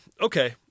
Okay